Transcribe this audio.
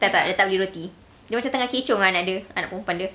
tak tak dia tak beli roti dia macam tengah kecoh dengan anak dia anak perempuan dia